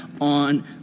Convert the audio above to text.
on